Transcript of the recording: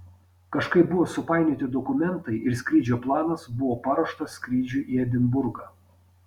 kažkaip buvo supainioti dokumentai ir skrydžio planas buvo paruoštas skrydžiui į edinburgą